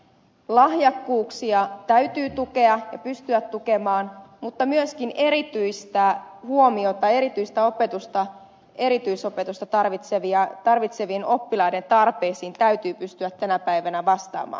lahjakkuuksia täytyy tukea ja niitä täytyy pystyä tukemaan mutta myöskin erityisopetusta tarvitsevien oppilaiden tarpeisiin täytyy pystyä tänä päivänä vastaamaan